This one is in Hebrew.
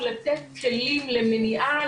הוא לתת כלים למניעה,